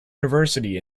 university